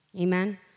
Amen